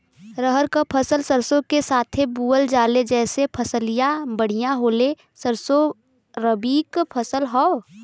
रहर क फसल सरसो के साथे बुवल जाले जैसे फसलिया बढ़िया होले सरसो रबीक फसल हवौ